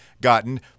gotten